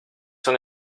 son